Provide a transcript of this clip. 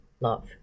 love